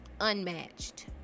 unmatched